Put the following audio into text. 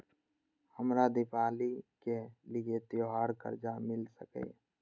हमरा दिवाली के लिये त्योहार कर्जा मिल सकय?